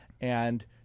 and-